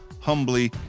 humbly